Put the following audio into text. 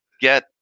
get